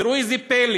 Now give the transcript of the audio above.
וראו איזה פלא: